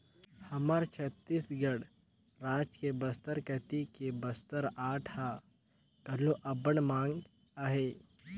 हमर छत्तीसगढ़ राज के बस्तर कती के बस्तर आर्ट ह घलो अब्बड़ मांग अहे